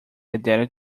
added